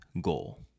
goal